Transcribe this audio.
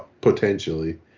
potentially